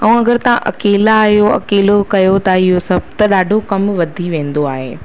ऐं अगरि तव्हां अकेला आहियो अकेलो कयो था इहो सभु त ॾाढो कम वधी वेंदो आहे